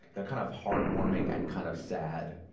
they're kind of heartwarming and kind of sad,